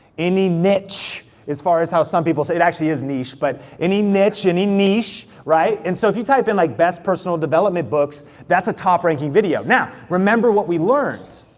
any nitch, as far as how some people say, it actually is niche, but any nitch, any niche, right? and so if you type in like, best personal development books, that's a top ranking video. now, remember what we learned.